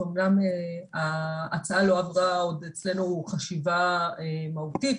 אומנם ההצעה לא עברה עוד אצלנו חשיבה מהותית,